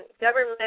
government